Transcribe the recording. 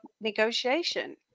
negotiation